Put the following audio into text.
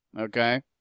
okay